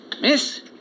Miss